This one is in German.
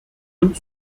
und